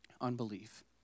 Unbelief